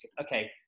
okay